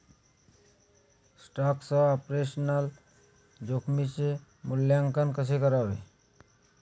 स्टॉकसह ऑपरेशनल जोखमीचे मूल्यांकन कसे करावे?